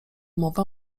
mowa